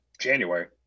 January